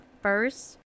first